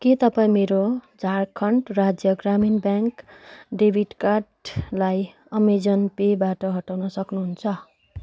के तपाईँ मेरो झारखण्ड राज्य ग्रामीण ब्याङ्क डेबिट कार्डलाई अमेजन पेबाट हटाउन सक्नुहुन्छ